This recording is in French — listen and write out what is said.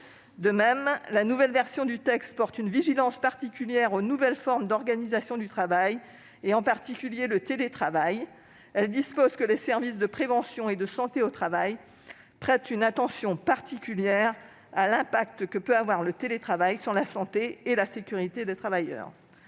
De même, la nouvelle version du texte consacre une vigilance spécifique quant aux nouvelles formes d'organisation du travail, en particulier au télétravail. Elle dispose que les services de prévention et de santé au travail prêtent une attention particulière à l'impact que peut avoir le télétravail sur la santé et la sécurité des travailleurs.